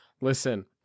listen